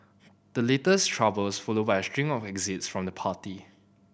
the latest troubles follow a string of exits from the party